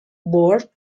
board